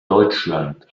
deutschland